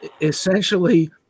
essentially